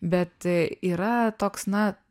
bet yra toks na